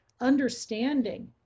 understanding